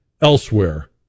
elsewhere